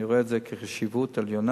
אני רואה בזה חשיבות עליונה,